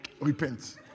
repent